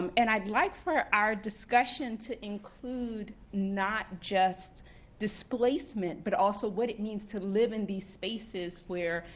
um and i'd like for our our discussion to include not just displacement, but also what it means to live in these spaces where,